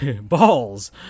balls